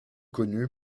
connu